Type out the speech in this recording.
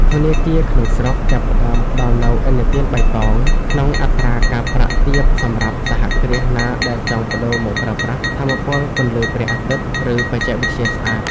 ធនាគារក្នុងស្រុកចាប់ផ្ដើមផ្ដល់នូវ "ឥណទានបៃតង" ក្នុងអត្រាការប្រាក់ទាបសម្រាប់សហគ្រាសណាដែលចង់ប្ដូរមកប្រើប្រាស់ថាមពលពន្លឺព្រះអាទិត្យ ឬបច្ចេកវិទ្យាស្អាត។